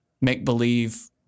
make-believe